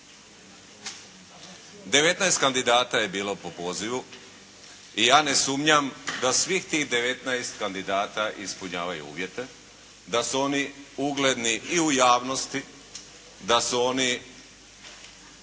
kandidata je bilo po pozivu i ja ne sumnjam da svih tih devetnaest kandidata ispunjavaju uvjete. Da su oni ugledni i u javnosti, da oni